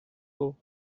beau